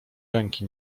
ręki